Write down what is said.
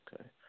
okay